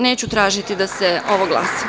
Neću tražiti da se ovo glasa.